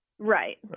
Right